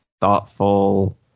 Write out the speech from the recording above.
thoughtful